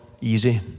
easy